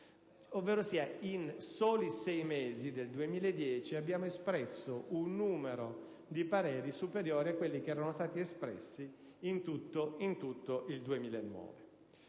Ovverosia, in soli sei mesi del 2010 abbiamo espresso un numero di pareri superiore a quello espresso in tutto il 2009.